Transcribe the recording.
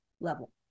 level